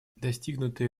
достигнутые